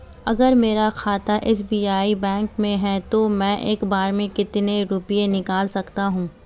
अगर मेरा खाता एस.बी.आई बैंक में है तो मैं एक बार में कितने रुपए निकाल सकता हूँ?